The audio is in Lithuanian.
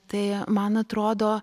tai man atrodo